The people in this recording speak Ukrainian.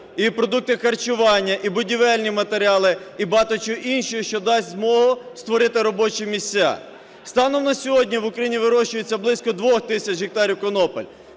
і продукти харчування, і будівельні матеріали, і багато чого іншого, що дасть змогу створити робочі місця. Станом на сьогодні в Україні вирощується близько 2 тисяч гектарів конопель.